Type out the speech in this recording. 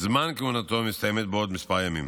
זמן כהונתו מסתיים בעוד כמה ימים.